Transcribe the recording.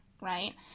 right